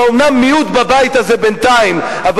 שהוא אומנם מיעוט בבית הזה בינתיים אבל